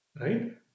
right